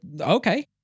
okay